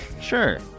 Sure